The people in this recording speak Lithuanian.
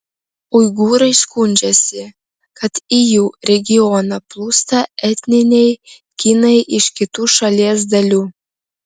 uigūrai skundžiasi kad į jų regioną plūsta etniniai kinai iš kitų šalies dalių